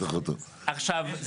עכשיו,